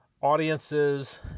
audiences